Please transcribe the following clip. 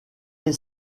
est